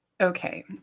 Okay